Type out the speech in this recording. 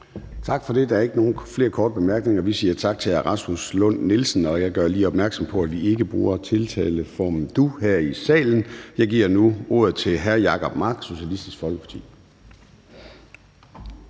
Tak for det. Der er ikke flere korte bemærkninger. Vi siger tak til hr. Rasmus Lund-Nielsen. Og jeg gør lige opmærksom på, at vi ikke bruger tiltaleformen du her i salen. Jeg giver nu ordet til hr. Jacob Mark, Socialistisk Folkeparti.